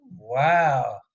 wow